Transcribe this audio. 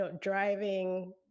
driving